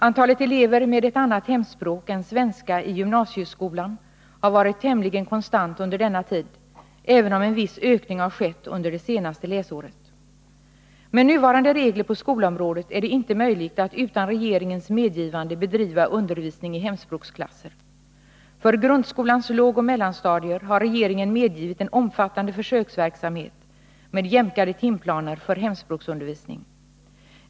Antalet elever med ett annat hemspråk än svenska i gymnasieskolan har varit tämligen konstant under denna tid. även om en viss ökning har skett under det senaste lä Med nuvarande regler på skolområdet är det inte möjligt att utan regeringens medgivande bedriva undervisning i hemspråksklasser. För grundskolans lågoch mellanstadier har regeringen medgivit en omfattande försöksverksamhet med jämkade timplaner för hemspråksundervisning.